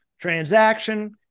transaction